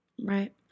Right